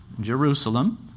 Jerusalem